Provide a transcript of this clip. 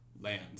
land